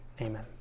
Amen